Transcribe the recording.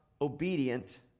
obedient